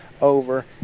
over